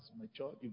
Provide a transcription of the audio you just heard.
mature